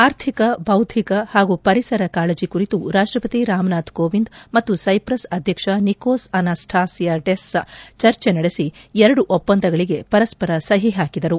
ಆರ್ಥಿಕ ಬೌದ್ಧಿಕ ಹಾಗೂ ಪರಿಸರ ಕಾಳಜಿ ಕುರಿತು ರಾಷ್ಟಪತಿ ರಾಮನಾಥ್ ಕೋವಿಂದ್ ಮತ್ತು ಸೈಪ್ರಸ್ ಅಧ್ಯಕ್ಷ ನಿಕೋಸ್ ಅನಾಸ್ಟಾ ಸಿಯಾಡೆಸ್ ಚರ್ಚೆ ನಡೆಸಿ ಎರಡು ಒಪ್ಪಂದಗಳಿಗೆ ಪರಸ್ವರ ಸಹಿ ಹಾಕಿದರು